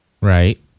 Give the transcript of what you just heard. Right